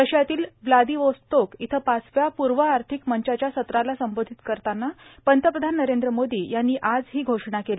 रशियातील Vladivostok इथं पाचव्या पूर्व आर्थिक मंचाच्या सत्राला संबोधित करतांना पंतप्रधान नरेंद्र मोदी यांनी आज ही घोषणा केली